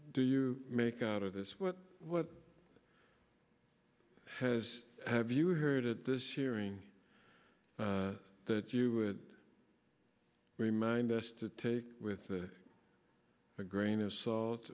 do you make out of this what what has have you heard at this hearing that you would remind us to take with a grain of salt